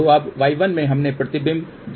तो अब y1 से हमने प्रतिबिंब z1 पर लिया